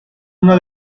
una